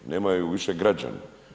Nemaju više građani.